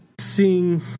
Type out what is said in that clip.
seeing